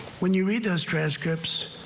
when you read those transcripts.